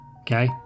Okay